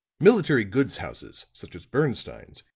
military goods houses, such as bernstine's,